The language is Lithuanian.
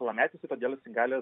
pilnametis ir todėl jisai gali